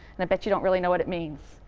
and i bet you don't really know what it means.